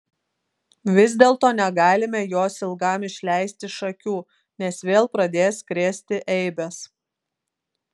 vis dėlto negalime jos ilgam išleisti iš akių nes vėl pradės krėsti eibes